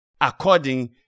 According